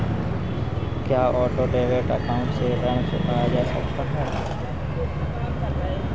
क्या auto debit account से ऋण चुकाया जा सकता है?